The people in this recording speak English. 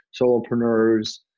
solopreneurs